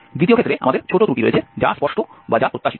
দ্বিতীয় ক্ষেত্রে আমাদের ছোট ত্রুটি রয়েছে যা স্পষ্ট বা যা প্রত্যাশিত